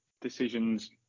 decisions